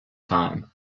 time